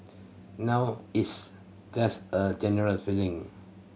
now it's just a general feeling